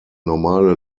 normale